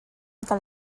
kal